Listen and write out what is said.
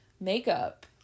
makeup